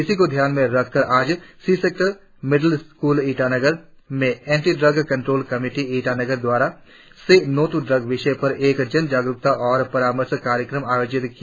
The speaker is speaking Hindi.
इसी को ध्यान में रखकर आज C sector middle school Itanagar में anti drugs control committee Itanagar द्वारा से नो दू ड्रग्स विषय पर एक जनजागरुकता और परामर्श कार्यक्रम आयोजित किया